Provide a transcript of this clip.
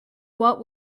what